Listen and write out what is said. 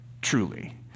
truly